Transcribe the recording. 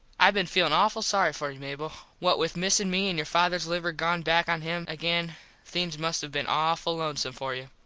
i been feelin awful sorry for you, mable. what with missin me and your fathers liver gone back on him again things must have been awful lonesome for you.